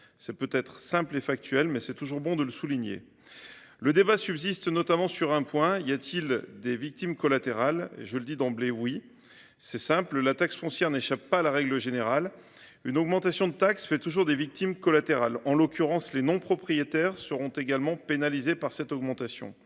C’est peut-être simple et factuel, mais il est toujours bon de le souligner. Le débat subsiste notamment sur un point : y a-t-il des victimes collatérales ? Je le dis d’emblée : oui. C’est simple, la taxe foncière n’échappe pas à la règle générale : une augmentation de taxe fait toujours des victimes collatérales. En l’occurrence, les non-propriétaires seront également pénalisés par cette augmentation.